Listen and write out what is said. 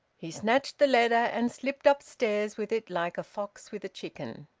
he snatched the letter and slipped upstairs with it like a fox with a chicken.